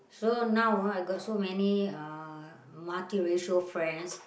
so now ah I got so many uh multi racial friends